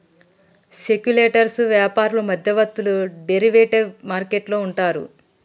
speculators వ్యాపారులు మధ్యవర్తులు derivative market లో ఉంటారు